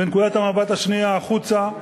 ונקודת המבט השנייה החוצה,